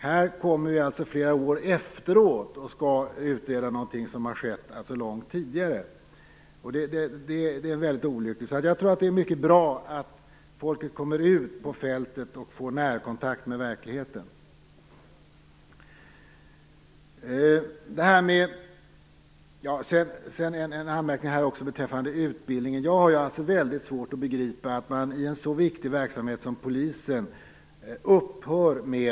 Här kommer vi flera år efteråt och skall utreda någonting som har skett långt tidigare. Det är mycket olyckligt. Jag tror att det är mycket bra att folket kommer ut på fältet och får närkontakt med verkligheten. Sedan har jag en anmärkning beträffande utbildningen. Jag har mycket svårt att begripa att man upphör med utbildning i en så viktig verksamhet som polisen.